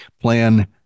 plan